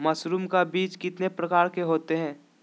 Mushroom का बीज कितने प्रकार के होते है?